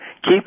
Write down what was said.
Keep